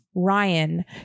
Ryan